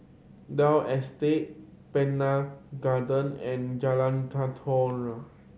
Dalvey Estate Pannan Garden and Jalan Tenteram